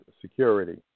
Security